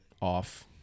off